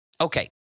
Okay